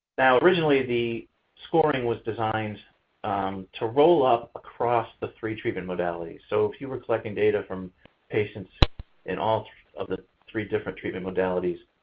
now originally, the scoring was designed to roll up across the three treatment modalities. so, if you were collecting data from patients in all of the three different treatment modalities,